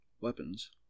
weapons